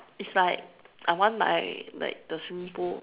it's like I want my like the swimming pool